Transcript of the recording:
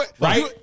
Right